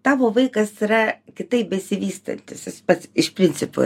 tavo vaikas yra kitaip besivystantis pats iš principo